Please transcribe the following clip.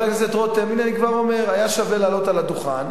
אני כבר אומר: היה שווה לעלות על הדוכן,